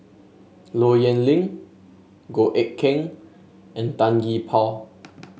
Low Yen Ling Goh Eck Kheng and Tan Gee Paw